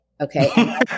Okay